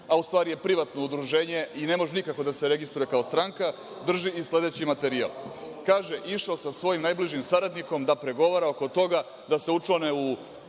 a u stvari je privatno udruženje i ne može nikako da se registruje kao stranka, drži i sledeći materijal. Kaže – išao sa svojim najbližim saradnikom da pregovara oko toga da se učlane u